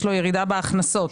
יש לו ירידה בהכנסות.